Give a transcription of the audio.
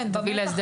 הדעת